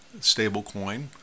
stablecoin